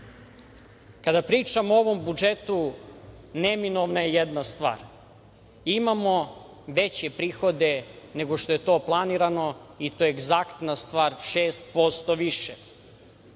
pričamo o ovom budžetu, neminovna je jedna stvar. Imamo veće prihode nego što je to planirano i to je egzaktna stvar, 6% više.